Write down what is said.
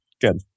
Good